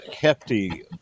hefty